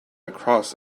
across